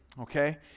okay